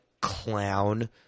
clown